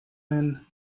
men